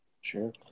Sure